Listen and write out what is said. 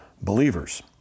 believers